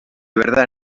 verdad